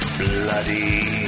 bloody